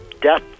death